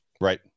Right